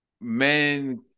men